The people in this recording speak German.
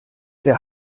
der